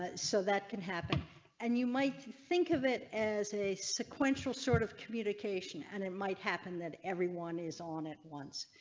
so that can happen and you might think of it as a sequential sort of communication and it might happen that everyone is on at once.